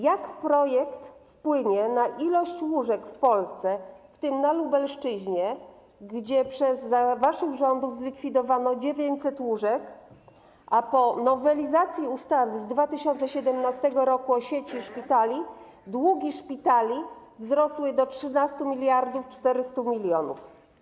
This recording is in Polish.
Jak projekt wpłynie na liczbę łóżek w Polsce, w tym na Lubelszczyźnie, gdzie za waszych rządów zlikwidowano 900 łóżek, a po nowelizacji ustawy z 2017 r. o sieci szpitali długi szpitali wzrosły do 13 400 mln.